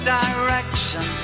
direction